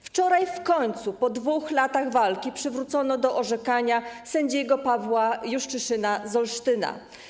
Wczoraj w końcu po 2 latach walki przywrócono do orzekania sędziego Pawła Juszczyszyna z Olsztyna.